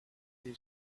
les